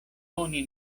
oni